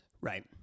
Right